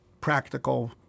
practical